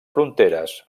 fronteres